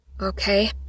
Okay